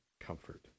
comfort